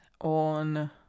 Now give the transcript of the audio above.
on